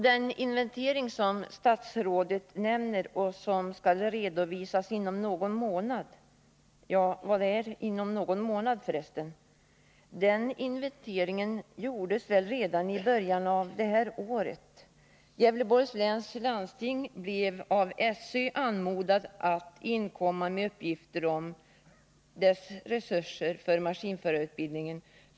Den inventering som statsrådet nämner och som skall redovisas inom någon månad — vad är förresten ”inom någon månad”? — gjordes redan i början av detta år. Gävleborgs läns landsting blev av SÖ anmodat att före den 23 februari i år inkomma med uppgifter om sina resurser för maskinförarutbildningen.